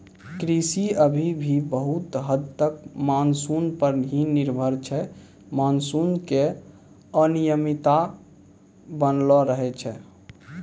कृषि अभी भी बहुत हद तक मानसून पर हीं निर्भर छै मानसून के अनियमितता बनलो रहै छै